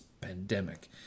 pandemic